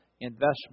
investment